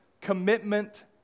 commitment